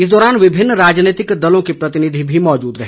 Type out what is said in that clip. इस दौरान विभिन्न राजनीतिक दलों के प्रतिनिधि भी मौजूद रहे